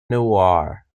noir